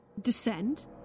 descend